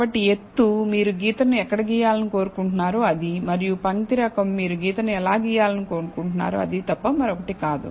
కాబట్టి ఎత్తు మీరు గీతను ఎక్కడ గీయాలని కోరుకుంటారో అది మరియు పంక్తి రకం మీరు గీతను ఎలా గీయాలని కోరుకుంటున్నారో అది తప్ప మరొకటి కాదు